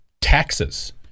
taxes